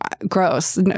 Gross